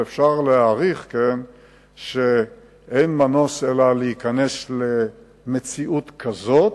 אבל אפשר להעריך שאין מנוס מכניסה למציאות כזאת,